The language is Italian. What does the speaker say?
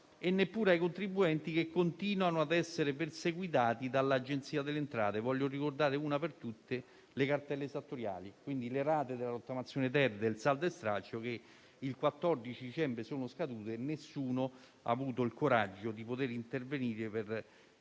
e neppure ai contribuenti, che continuano a essere perseguitati dall'Agenzia delle entrate. Voglio ricordare, una per tutte, le cartelle esattoriali, cioè le rate della rottamazione-*ter* del saldo e stralcio, che il 14 dicembre sono scadute; nessuno ha avuto il coraggio di intervenire almeno